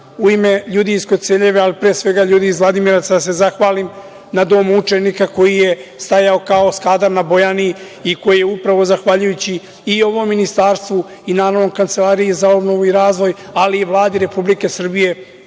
u ime ljudi iz Koceljeve, ali pre svega ljudi iz Vladimiraca, da se zahvalim da domu učenika, koji je stajao kao Skadar na Bojani, i koji je upravo, zahvaljujući i ovom ministarstvu i, naravno Kancelariji za obnovu i razvoj, ali i Vladi Republike Srbije,